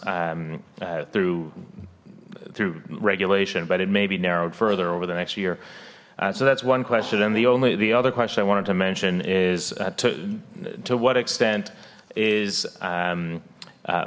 through through regulation but it may be narrowed further over the next year so that's one question and the only the other question i wanted to mention is to to what extent is